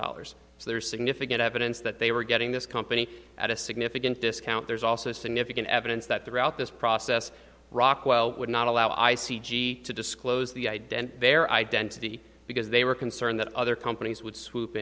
dollars so there is significant evidence that they were getting this company at a significant discount there's also significant evidence that throughout this process rockwell would not allow i c g to disclose the ident their identity because they were concerned that other companies would swoop